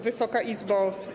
Wysoka Izbo!